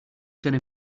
gonna